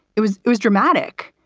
it was it was dramatic.